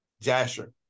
Jasher